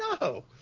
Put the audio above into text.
No